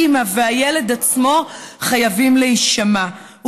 האימא והילד עצמו חייבים להישמע,